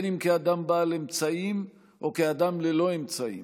אם כאדם בעל אמצעים ואם כאדם ללא אמצעים,